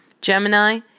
Gemini